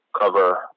cover